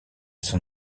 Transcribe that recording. son